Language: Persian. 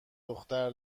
دختر